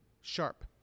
sharp